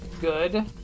good